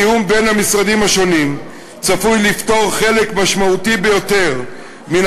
התיאום בין המשרדים השונים צפוי לפתור חלק משמעותי ביותר מן